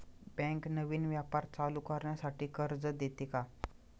Bank नवीन व्यापार चालू करण्यासाठी कर्ज देते का?